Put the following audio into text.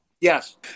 Yes